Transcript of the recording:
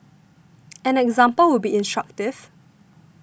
an example would be instructive